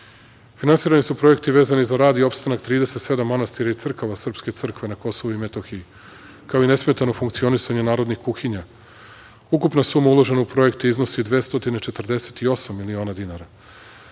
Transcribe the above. Finansirani su projekti vezani za rad i opstanak 37 manastira i crkava srpske crkve na Kosovu i metohiji, kao i nesmetano funkcionisanje narodnih kuhinja. Ukupna suma uložena u projekte iznosi 248 milina dinara. Kada